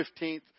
15th